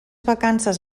vacances